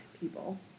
people